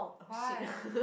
why